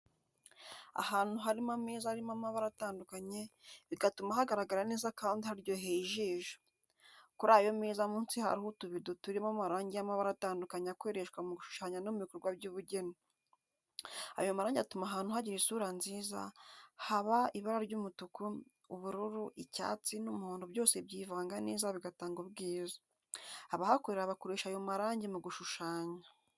Ahantu harimo ameza ariho amabara atandukanye, bigatuma hagaragara neza kandi haryoheye ijisho. Kuri ayo meza munsi hariho utubido turimo amarangi y’amabara atandukanye akoreshwa mu gushushanya no mu bikorwa by’ubugeni. Ayo marangi atuma ahantu hagira isura nziza, haba ibara ry’umutuku, ubururu, icyatsi n’umuhondo byose byivanga neza bigatanga ubwiza. Abahakorera bakoresha ayo marangi mu gushushanya.